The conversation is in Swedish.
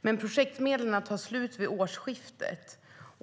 Men projektmedlen tar slut vid årsskiftet.